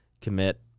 commit